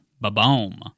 Ba-boom